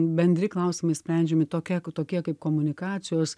bendri klausimai sprendžiami tokie tokie kaip komunikacijos